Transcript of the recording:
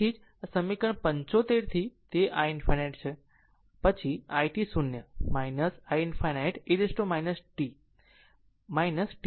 તેથી તેથી જ સમીકરણ 75 થી તે i ∞ છે i પછી i t 0 i ∞ e t t t 0